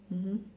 mmhmm